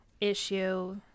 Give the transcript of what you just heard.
issue